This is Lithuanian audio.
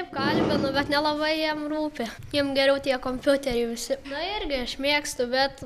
kalbinu bet nelabai jiem rūpi jiem geriau tie kompiuteriai visi na irgi aš mėgstu bet